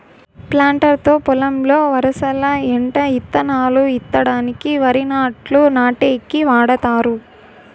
planter తో పొలంలో వరసల ఎంట ఇత్తనాలు ఇత్తడానికి, వరి నాట్లు నాటేకి వాడతారు